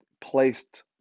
placed